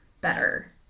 better